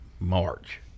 march